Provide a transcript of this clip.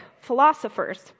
philosophers